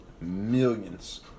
millions